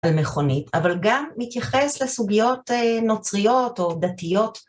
על מכונית, אבל גם מתייחס לסוגיות נוצריות או דתיות.